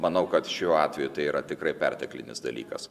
manau kad šiuo atveju tai yra tikrai perteklinis dalykas